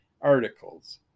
articles